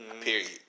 period